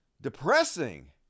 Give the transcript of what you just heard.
depressing